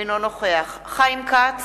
אינו נוכח חיים כץ,